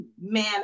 man